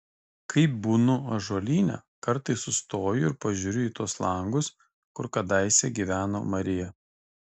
kai būnu ąžuolyne kartais sustoju ir pažiūriu į tuos langus kur kadaise gyveno marija